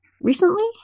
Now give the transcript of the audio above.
recently